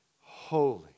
holy